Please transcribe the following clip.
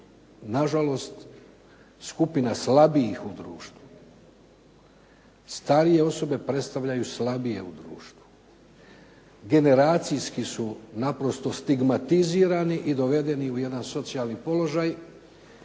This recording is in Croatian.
nažalost skupina slabijih u društvu, starije osobe predstavljaju slabije u društvu, generacijski su naprosto stigmatizirani i dovedeni u jedan socijalan položaj